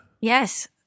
Yes